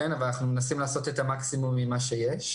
אבל אנחנו מנסים לעשות את המקסימום עם מה שיש.